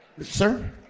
Sir